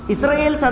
Israel